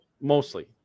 mostly